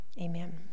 Amen